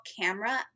camera